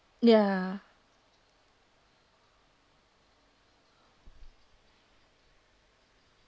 ya